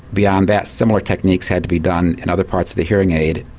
beyond that, similar techniques had to be done in other parts of the hearing aid,